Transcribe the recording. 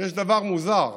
יש דבר מוזר: